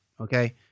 okay